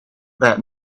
that